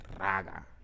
Raga